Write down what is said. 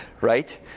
right